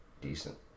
decent